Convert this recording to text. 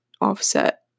offset